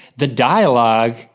the dialogue.